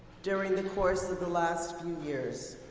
during the course of the last few years.